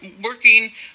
working